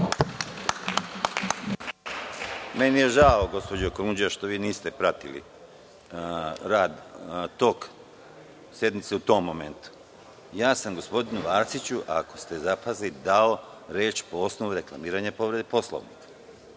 Meni je žao gospođo Kolundžija što vi niste pratili tok sednice u tom momentu. Ja sam gospodinu Arsiću ako ste zapazili dao reč po osnovu reklamiranja povrede Poslovnika.